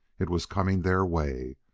it was coming their way,